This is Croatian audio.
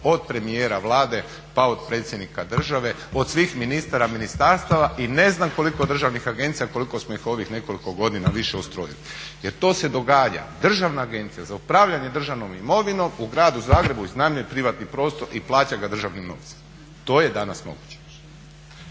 od premijera Vlade, pa od predsjednika države, od svih ministara, ministarstava i ne znam koliko državnih agencija koliko smo ih u ovih nekoliko godina više ustrojili. Jer to se događa, Državna agencija za upravljanje državnom imovinom u Gradu Zagrebu iznajmljuje privatni prostor i plaća ga državnim novcem. To je danas moguće.